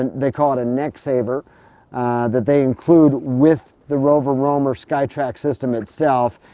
and they call it a neck saver that they include with the rover roamer sky track system itself.